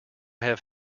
have